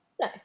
No